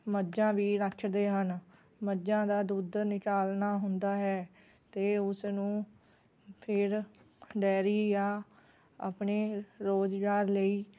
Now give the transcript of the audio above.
ਮੱਝਾਂ ਵੀ ਰੱਖਦੇ ਹਨ ਮੱਝਾਂ ਦਾ ਦੁੱਧ ਨਿਕਾਲਣਾ ਹੁੰਦਾ ਹੈ ਅਤੇ ਉਸਨੂੰ ਫਿਰ ਡੇਅਰੀ ਜਾਂ ਆਪਣੇ ਰੁਜ਼ਗਾਰ ਲਈ